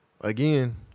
again